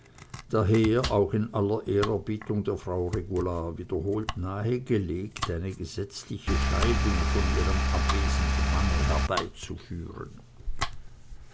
daher auch in aller ehrerbietung der frau regula wiederholt nahegelegt eine gesetzliche scheidung von ihrem abwesenden manne herbeizuführen